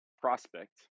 prospect